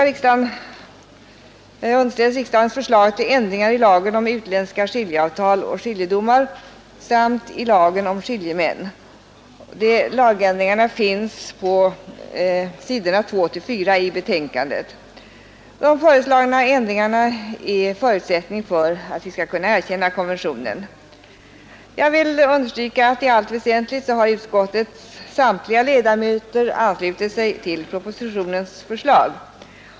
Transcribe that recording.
Riksdagen underställs också förslag till förändringar i lagen om utländska skiljeavtal och skiljedomar samt i lagen om skiljemän. Dessa lagändringar anges på s. 2—4 i betänkandet. De föreslagna ändringarna är förutsättning för att vi skall kunna erkänna konventionen. Jag vill understryka att i allt väsentligt har utskottets samtliga ledamöter anslutit sig till propositionens förslag.